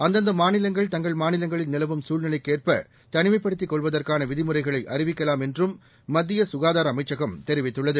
அந்தந்த மாநிலங்கள் தங்கள் மாநிலங்களில் நிலவும் சூழ்நிலைக் கேற்ப தனிமைப்படுத்திக் கொள்வதற்கான விதிமுறைகளை அறிவிக்கலாம் என்றும் மத்திய சுகாதார அமைச்சகம் தெரிவித்துள்ளது